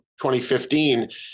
2015